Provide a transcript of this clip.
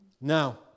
Now